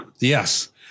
Yes